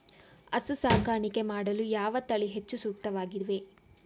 ಹಸು ಸಾಕಾಣಿಕೆ ಮಾಡಲು ಯಾವ ತಳಿ ಹೆಚ್ಚು ಸೂಕ್ತವಾಗಿವೆ?